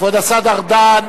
כבוד השר ארדן.